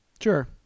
Sure